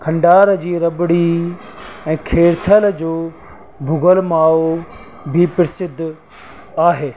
खंडार जी रबड़ी ऐं खेरथल जो भुॻल माओ बि प्रसिद्ध आहे